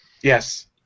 Yes